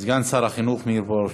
סגן שר החינוך מאיר פרוש.